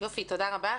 תודה רבה.